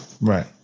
Right